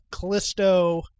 Callisto